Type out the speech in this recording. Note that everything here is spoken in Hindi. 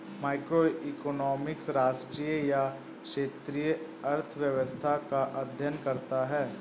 मैक्रोइकॉनॉमिक्स राष्ट्रीय या क्षेत्रीय अर्थव्यवस्था का अध्ययन करता है